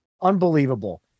Unbelievable